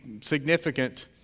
significant